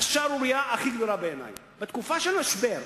השערורייה הכי גדולה בעיני בתקופה של משבר.